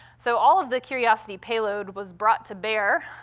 so all of the curiosity payload was brought to bear.